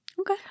Okay